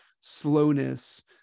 slowness